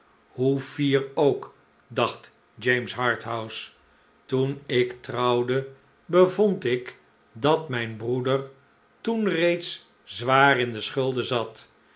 hoe fier ook dacht james harthouse toen ik trouwde bevond ik dat mijn breeder toen reeds zwaar in schulden zat